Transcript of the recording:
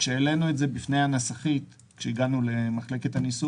כשהעלינו את זה בפני הנסחית היא אמרה שהדברים